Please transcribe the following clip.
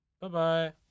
Bye-bye